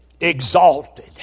Exalted